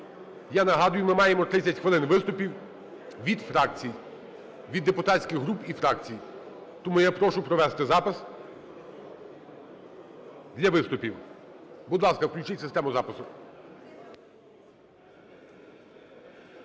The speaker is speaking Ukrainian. я нагадую, ми маємо 30 хвилин виступів від фракцій, від депутатських груп і фракцій. Тому я прошу провести запис для виступів. Будь ласка, включить систему запису.